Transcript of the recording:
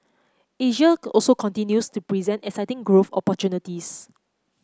Asia also continues to present exciting growth opportunities